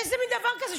איזה מין דבר זה?